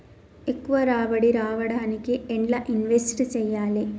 ఎక్కువ రాబడి రావడానికి ఎండ్ల ఇన్వెస్ట్ చేయాలే?